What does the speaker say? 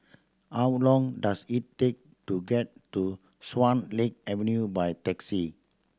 how long does it take to get to Swan Lake Avenue by taxi